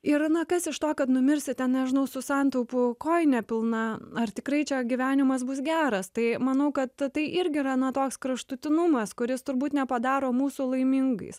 ir na kas iš to kad numirsi ten nežinau su santaupų kojine pilna ar tikrai čia gyvenimas bus geras tai manau kad tai irgi yra na toks kraštutinumas kuris turbūt nepadaro mūsų laimingais